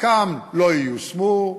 חלקן לא ייושמו.